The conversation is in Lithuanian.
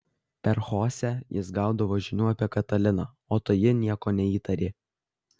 per chosę jis gaudavo žinių apie kataliną o toji nieko nė neįtarė